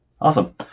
Awesome